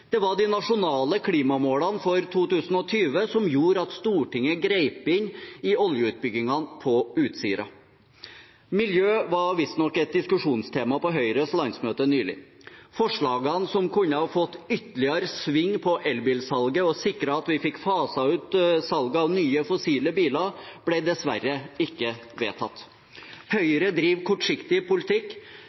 Det var de nasjonale klimamålene for 2020 som gjorde at Stortinget grep inn i oljeutbyggingene på Utsira. Miljø var visstnok et diskusjonstema på Høyres landsmøte nylig. Forslagene som kunne fått ytterligere sving på elbilsalget og sikret at vi hadde fått faset ut salget av nye fossile biler, ble dessverre ikke vedtatt. Høyre driver kortsiktig politikk